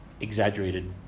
exaggerated